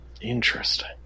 Interesting